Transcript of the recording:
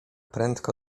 prędko